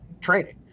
training